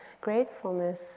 gratefulness